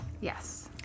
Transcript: yes